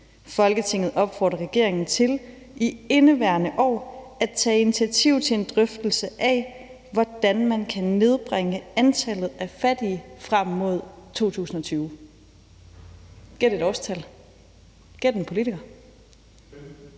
Folketinget opfordrer regeringen til – i indeværende år – at tage initiativ til en drøftelse af, hvordan man kan nedbringe antallet af fattige frem mod 2020.« Gæt et årstal, gæt en politiker!